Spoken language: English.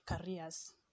careers